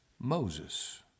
Moses